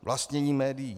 Vlastnění médií.